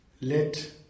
let